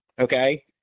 okay